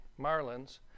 Marlins